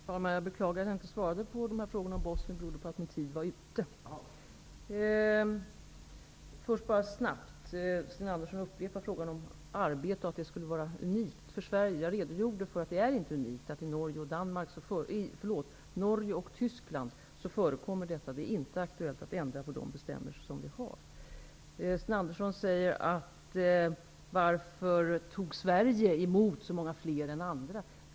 Herr talman! Jag beklagar att jag inte besvarade frågorna om Bosnien. Men det berodde på att min taletid var slut. Sten Andersson i Malmö upprepade frågan om arbete, att detta skulle vara unikt för Sverige. Jag redogjorde för att det inte är unikt för Sverige. I Norge och Tyskland förekommer detta. Det är inte aktuellt att ändra på de bestämmelser som vi har. Sten Andersson frågade varför Sverige tog emot så många fler än andra.